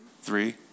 three